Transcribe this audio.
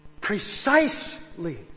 Precisely